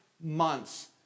months